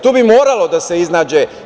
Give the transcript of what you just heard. Tu bi moralo da se iznađe…